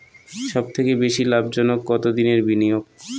সবথেকে বেশি লাভজনক কতদিনের বিনিয়োগ?